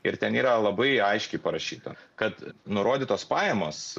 ir ten yra labai aiškiai parašyta kad nurodytos pajamos